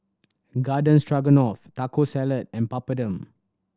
Garden Stroganoff Taco Salad and Papadum